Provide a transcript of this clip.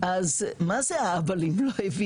אז מה זה לא הבינו,